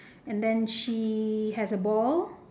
and then she has a ball